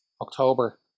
October